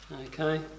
okay